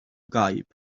gaib